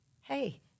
hey